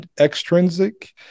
extrinsic